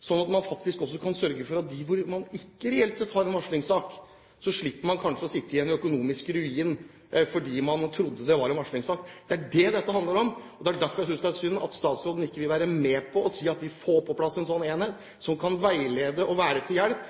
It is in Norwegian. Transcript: slik at man også kan sørge for at de som ikke reelt sett har en varslingssak, slipper å sitte igjen med en økonomisk ruin fordi man trodde det var en varslingssak. Det er det dette handler om, og det er derfor jeg synes det er synd at statsråden ikke vil være med på å si at vi får på plass en slik enhet, som kan veilede og være til hjelp